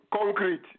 concrete